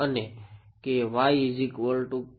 અને ઓકે